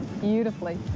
beautifully